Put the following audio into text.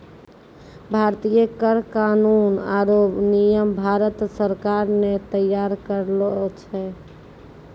भारतीय कर कानून आरो नियम भारत सरकार ने तैयार करलो छै